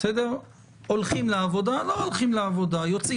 ופתאום התחיל לעלות אחוז הבדיקות החיוביות,